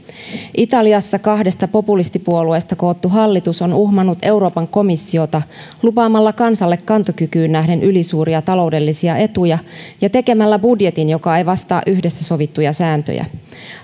italiassa kahdesta populistipuolueesta koottu hallitus on uhmannut euroopan komissiota lupaamalla kansalle kantokykyyn nähden ylisuuria taloudellisia etuja ja tekemällä budjetin joka ei vastaa yhdessä sovittuja sääntöjä